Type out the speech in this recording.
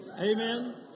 Amen